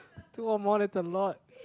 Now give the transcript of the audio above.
two or more that's a lot